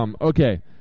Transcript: Okay